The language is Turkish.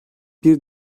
bir